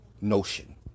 notion